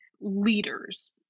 leaders